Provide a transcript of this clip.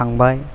थांबाय